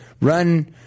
run